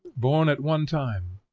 born at one time,